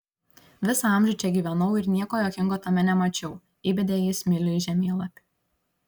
visą amžių čia gyvenau ir nieko juokingo tame nemačiau įbedė jis smilių į žemėlapį